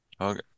Okay